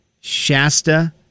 Shasta